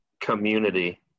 community